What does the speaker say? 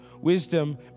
Wisdom